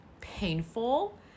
painful